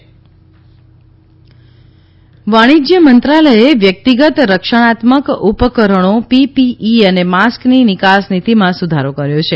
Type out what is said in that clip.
DDF ટી mask વાણિજ્ય મંત્રાલયે વ્યક્તિગત રક્ષણાત્મક ઉપકરણો પીપીઇ અને માસ્કની નિકાસ નીતિમાં સુધારો કર્યો છે